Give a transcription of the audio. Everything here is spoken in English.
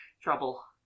trouble